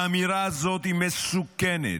האמירה הזאת היא מסוכנת,